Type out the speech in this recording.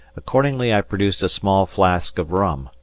accordingly i produced a small flask of rum,